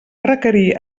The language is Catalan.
requerir